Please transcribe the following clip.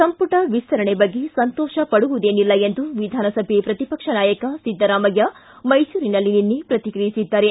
ಸಂಪುಟ ವಿಸ್ತರಣೆ ಬಗ್ಗೆ ಸಂತೋಷ ಪಡುವುದೇನಿಲ್ಲ ಎಂದು ವಿಧಾನಸಭೆ ಪ್ರತಿಪಕ್ಷ ನಾಯಕ ಸಿದ್ಧರಾಮಯ್ಯ ಮೈಸೂರಿನಲ್ಲಿ ನಿನ್ನೆ ಪ್ರತಿಕ್ರಿಯಿಸಿದ್ದಾರೆ